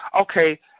okay